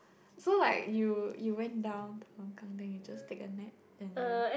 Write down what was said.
so like you you went down to the longkang and you just take a nap and you